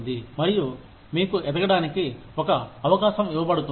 మరియు మీకు ఎదగడానికి ఒక అవకాశం ఇవ్వబడుతుంది